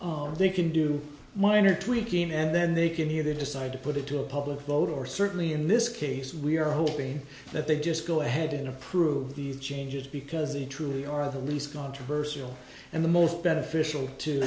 oh they can do minor tweaking and then they can either decide to put it to a public vote or certainly in this case we are hoping that they just go ahead and approve these changes because the true your the least controversial and the most beneficial to